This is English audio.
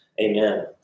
Amen